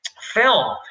film